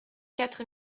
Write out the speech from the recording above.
quatre